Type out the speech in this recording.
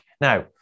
Now